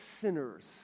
sinners